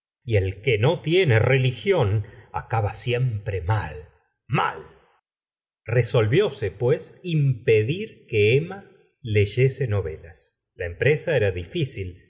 y el que no tiene religión acaba siempre mal mal resolvióse pues impedir que emma leyese novelas la empresa era dificil